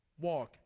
walk